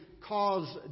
cause